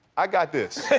i got this.